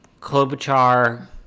Klobuchar